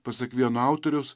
pasak vieno autoriaus